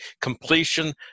completion